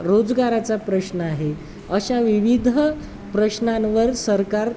रोजगाराचा प्रश्न आहे अशा विविध प्रश्नांवर सरकार